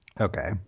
Okay